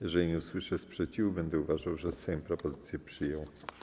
Jeżeli nie usłyszę sprzeciwu, będę uważał, że Sejm propozycję przyjął.